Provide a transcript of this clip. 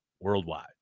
worldwide